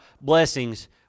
blessings